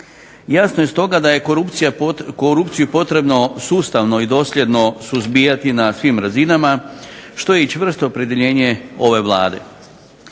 Jasno je stoga da je korupciju potrebno sustavno i dosljedno suzbijati na svim razinama što je i čvrsto opredjeljenje ove Vlade.